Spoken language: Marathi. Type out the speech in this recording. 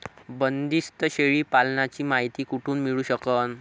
बंदीस्त शेळी पालनाची मायती कुठून मिळू सकन?